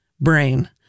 Brain